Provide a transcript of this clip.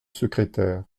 secrétaire